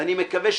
ואני מקווה,